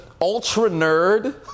ultra-nerd